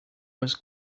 was